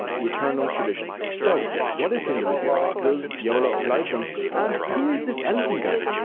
the eternal tradition. so what is hinduism, does yolo apply to them, and who is this elephant guy?